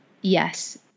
Yes